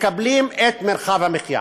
ומקבלים את מרחב המחיה.